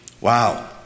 Wow